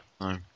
No